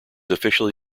officially